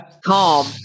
calm